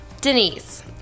Denise